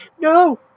no